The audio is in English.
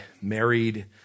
married